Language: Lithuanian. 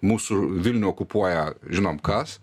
mūsų vilnių okupuoja žinom kas